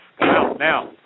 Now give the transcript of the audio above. now